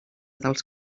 dels